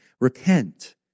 Repent